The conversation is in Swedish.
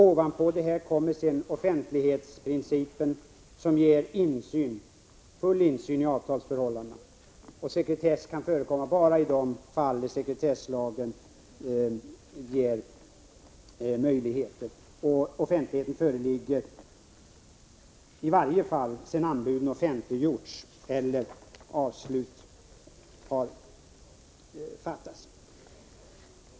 Ovanpå detta kommer sedan offentlighetsprincipen, som ger full insyn i avtalsförhållandena. Sekretess kan förekomma bara i de fall där sekretesslagen ger möjligheter därtill. Offentlighet föreligger i varje fall sedan anbuden har offentliggjorts eller avslut har skett.